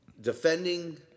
defending